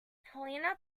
helena